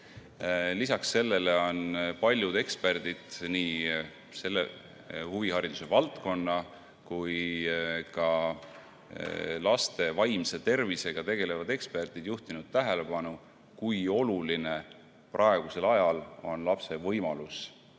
arendada, on paljud eksperdid, nii huvihariduse valdkonna kui ka laste vaimse tervisega tegelevad eksperdid, juhtinud tähelepanu, kui oluline praegusel ajal on lapse võimalus